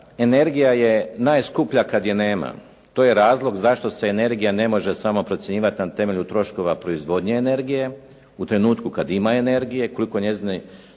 energija je najskuplja kad je nema. To je razlog zašto se energija ne može samo procjenjivat na temelju troškova proizvodnje energije u trenutku kad ima energije, koliko njezini